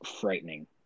frightening